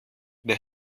der